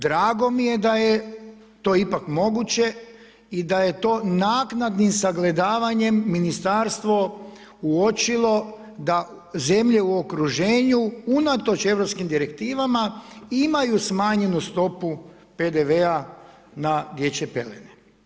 Drago mi je da je to ipak moguće i da je to naknadnim sagledavanjem ministarstvo uočilo da zemlje u okruženju unatoč europskim direktivama imaju smanjenu stopu PDV-a na dječje pelene.